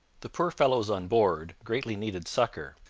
the poor fellows on board greatly needed succor,